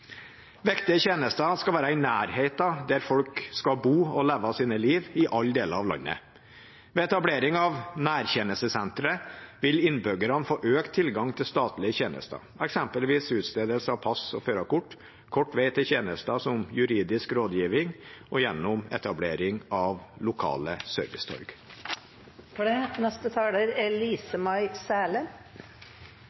tjenester skal være i nærheten av der folk skal bo og leve sitt liv, i alle deler av landet. Ved etablering av nærtjenestesentre vil innbyggerne få økt tilgang til statlige tjenester, eksempelvis utstedelse av pass og førerkort, kort vei til tjenester som juridisk rådgivning og gjennom etablering av lokale